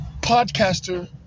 podcaster